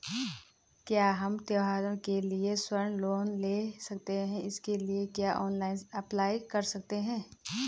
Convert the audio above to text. क्या हम त्यौहारों के लिए स्वर्ण लोन ले सकते हैं इसके लिए क्या ऑनलाइन अप्लाई कर सकते हैं?